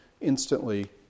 instantly